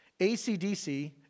ACDC